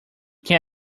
can